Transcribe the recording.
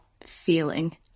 feeling